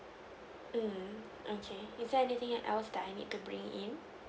mm okay is there anything else that I need to bring in